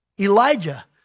Elijah